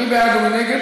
אולי היא תקים ועדה.